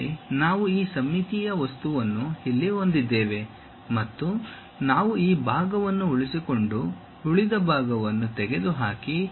ಮತ್ತೆ ನಾವು ಈ ಸಮ್ಮಿತೀಯ ವಸ್ತುವನ್ನು ಇಲ್ಲಿ ಹೊಂದಿದ್ದೇವೆ ಮತ್ತು ನಾವು ಈ ಭಾಗವನ್ನು ಉಳಿಸಿಕೊಂಡು ಉಳಿದ ಭಾಗವನ್ನು ತೆಗೆದುಹಾಕಿ